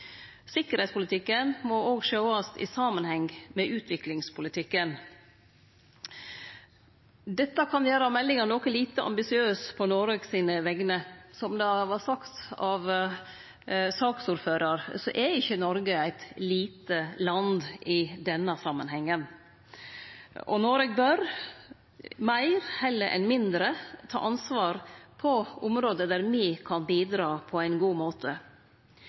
Sikkerheitspolitikken må òg sjåast i samanheng med utviklingspolitikken. Dette kan gjere meldinga noko lite ambisiøs på Noreg sine vegner. Som det vart sagt av saksordføraren, er ikkje Noreg eit lite land i denne samanhengen. Og Noreg bør meir heller enn mindre ta ansvar på område der me kan bidra på ein god måte.